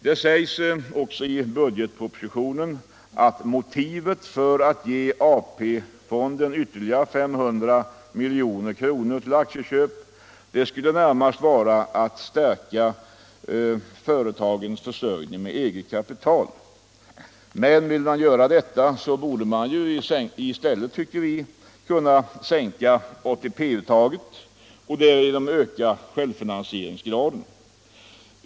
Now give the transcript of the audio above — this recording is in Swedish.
Det sägs i budgetpropositionen att motivet för att ge AP-fonden ytterligare 500 milj.kr. till aktieinköp närmast skulle vara att stärka företagens försörjning med eget kapital. Men vill man göra detta, borde man i stället sänka ATP-uttaget och därigenom öka självfinansieringsgraden.